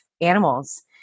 animals